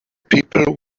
people